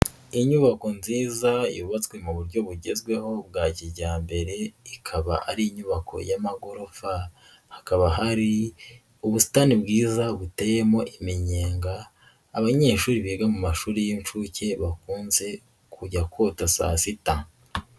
Inyubako nziza yubatswe mu buryo bugezweho bwa kijyambere ikaba ari inyubako y'amagorofa, hakaba hari ubusitani bwiza buteyemo iminyega abanyeshuri biga mu mashuri y'inshuke bakunze kujya kota saasita.